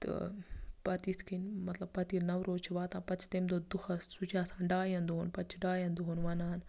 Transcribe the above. تہٕ پَتہٕ اِتھٕ کٔنہِ مَطلَب پَتہٕ ییٚلہِ نَو روز چھُ واتان پَتہٕ چھِ تَمہِ دۅہ دۅہَس سُہ چھُ آسان ڈایَن دۅہن پتہٕ چھِ ڈایَن دۅہَن وَنان